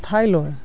ঠাই লয়